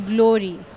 Glory